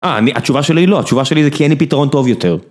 אה, התשובה שלי לא, התשובה שלי זה כי אין לי פתרון טוב יותר.